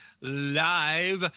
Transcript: live